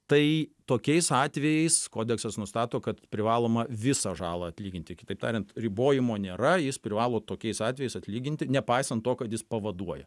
tai tokiais atvejais kodeksas nustato kad privaloma visą žalą atlyginti kitaip tariant ribojimo nėra jis privalo tokiais atvejais atlyginti nepaisant to kad jis pavaduoja